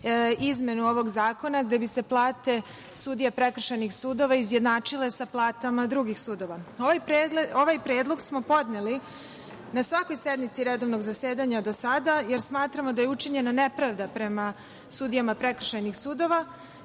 izmenu ovog zakona da bi se plate sudija prekršajnih sudova izjednačile sa platama drugih sudova. Ovaj predlog smo podneli na svakoj sednici redovnog zasedanja do sada, jer smatramo da je učinjena nepravda prema sudijama prekršajnih sudova,